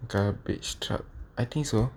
garbage truck I think so